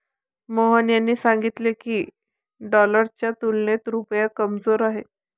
मोहन यांनी सांगितले की, डॉलरच्या तुलनेत रुपया कमजोर आहे